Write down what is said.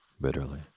bitterly